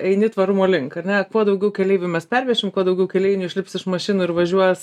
eini tvarumo link ar ne kuo daugiau keleivių mes pervešim kuo daugiau keleivių išlips iš mašinų ir važiuos